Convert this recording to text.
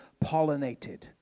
pollinated